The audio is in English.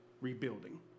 rebuilding